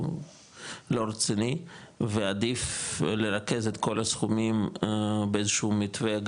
הוא לא רציני ועדיף לרכז את כל הסכומים באיזשהו מתווה,